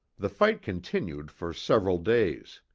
the fight continued for several days.